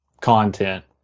content